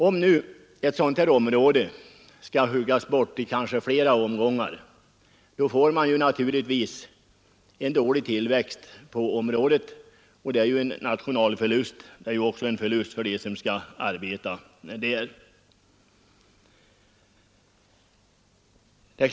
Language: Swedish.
Om nu skogen på ett sådant här område skall huggas bort, kanske i flera omgångar, får man naturligtvis en dålig tillväxt på området, och det innebär både en nationalförlust och en förlust för dem som skall arbeta där.